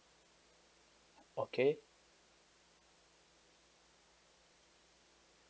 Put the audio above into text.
okay